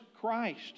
Christ